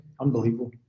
unbelievable